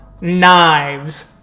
knives